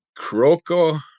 Croco